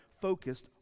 focused